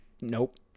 Nope